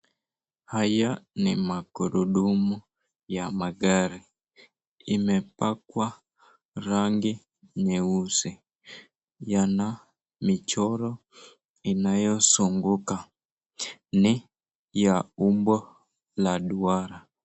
Haya ni magurudumu ya magari, yamepakwa rangi nyeusi yana michoro inayo zunguka niya umbo la duala.